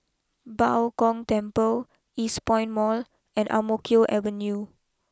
Bao Gong Temple Eastpoint Mall and Ang Mo Kio Avenue